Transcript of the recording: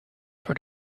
for